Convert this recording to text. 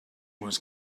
was